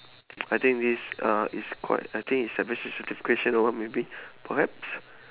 I think this uh is quite I think is a very sensitive question or what maybe perhaps